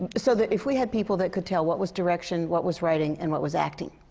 so that, if we had people that could tell what was direction, what was writing, and what was acting.